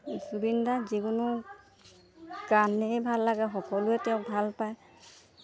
জুবিন দাৰ যিকোনো গানেই ভাল লাগে সকলোৱে তেওঁক ভাল পায়